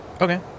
Okay